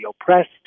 oppressed